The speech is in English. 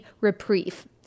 reprieve